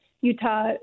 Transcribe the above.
Utah